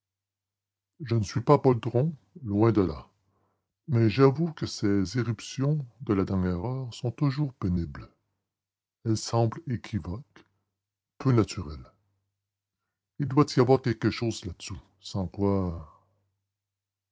je ne suis pas poltron loin de là mais j'avoue que ces irruptions de la dernière heure sont toujours pénibles elles semblent équivoques peu naturelles il doit y avoir quelque chose là-dessous sans quoi